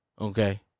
okay